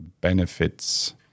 benefits